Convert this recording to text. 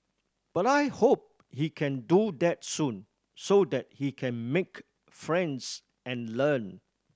but I hope he can do that soon so that he can make friends and learn